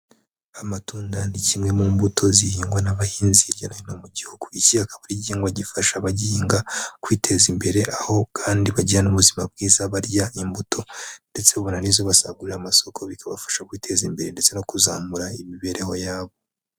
Amatunda ni kimwe mu mbuto zihingwa n'abahinzi hirya no hino mu gihugu. iki akaba ari ihingwa gifasha abahinga kwiteza imbere, aho kandi bagira n'ubuzima bwiza barya imbuto, ndetse babona nizo basagurira amasoko bikabafasha kwiteza imbere ndetse no kuzamura imibereho yabo.